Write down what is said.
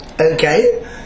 Okay